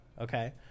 okay